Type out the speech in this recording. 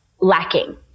lacking